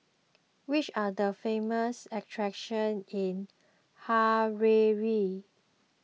which are the famous attractions in Harare